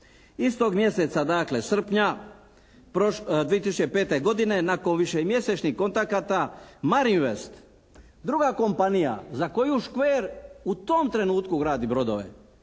Istog mjeseca, dakle srpnja, 2005. godine nakon višemjesečnih kontakata "Marinvest" druga kompanija za koju Škver u tom trenutku gradi brodove